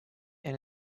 and